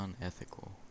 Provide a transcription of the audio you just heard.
unethical